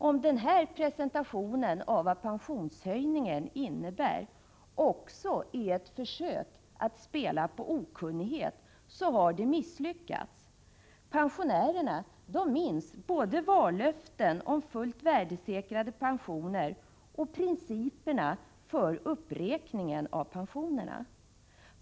Om denna presentation av vad pensionshöjningen innebär också är ett försök att spela på okunnighet, så har det misslyckats. Pensionärerna minns både vallöften om fullt värdesäkrade pensioner och principerna för uppräkningen av pensionerna.